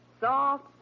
Soft